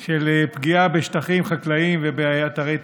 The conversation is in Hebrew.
של פגיעה בשטחים חקלאיים ובאתרי טבע.